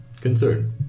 concern